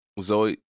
Zoe